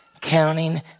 counting